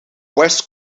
west